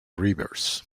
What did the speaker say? rivers